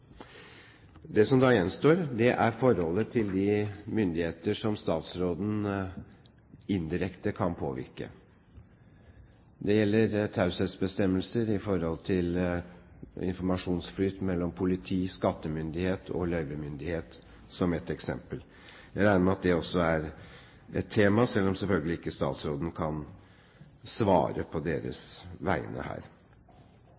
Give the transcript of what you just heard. Det som da gjenstår, er forholdet til de myndigheter som statsråden indirekte kan påvirke. Det gjelder taushetsbestemmelser når det gjelder informasjonsflyt mellom politi, skattemyndighet og løyvemyndighet, for å ta ett eksempel. Jeg regner med at det også er et tema, selv om statsråden selvfølgelig ikke kan svare på deres